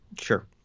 Sure